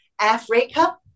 Africa